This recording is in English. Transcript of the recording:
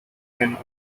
can